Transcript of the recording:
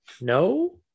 no